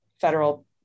federal